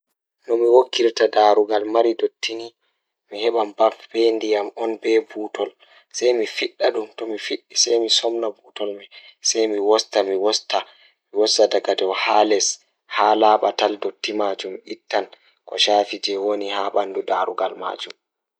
Jokkondir caɗeele e moƴƴaare glass cleaner walla ndiyam e sirri. Njidi ndiyam e caɗeele ngal e siki ngam sabu holla e ngal mirror. Fota njillataa nder haɓtude ko e moƴƴaare. Njillataa kaŋko ngam sabu ƴettude e ɗiɗi.